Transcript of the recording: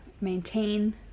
maintain